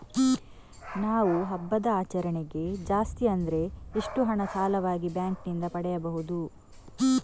ನಾವು ಹಬ್ಬದ ಆಚರಣೆಗೆ ಜಾಸ್ತಿ ಅಂದ್ರೆ ಎಷ್ಟು ಹಣ ಸಾಲವಾಗಿ ಬ್ಯಾಂಕ್ ನಿಂದ ಪಡೆಯಬಹುದು?